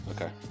Okay